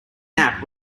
nap